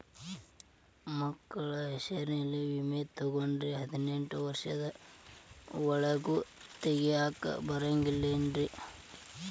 ಮಕ್ಕಳ ಹೆಸರಲ್ಲಿ ವಿಮೆ ತೊಗೊಂಡ್ರ ಹದಿನೆಂಟು ವರ್ಷದ ಒರೆಗೂ ತೆಗಿಯಾಕ ಬರಂಗಿಲ್ಲೇನ್ರಿ?